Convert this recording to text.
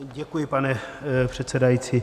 Děkuji, pane předsedající.